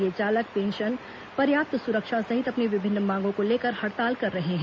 ये चालक पेंशन पर्याप्त सुरक्षा सहित अपनी विभिन्न मांगों को लेकर हड़ताल कर रहे हैं